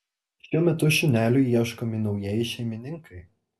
šiuo metu šuneliui ieškomi naujieji šeimininkai